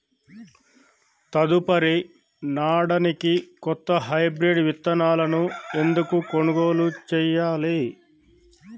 తదుపరి నాడనికి కొత్త హైబ్రిడ్ విత్తనాలను ఎందుకు కొనుగోలు చెయ్యాలి?